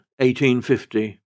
1850